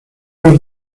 del